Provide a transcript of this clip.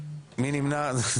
9 נמנעים אין לא אושר.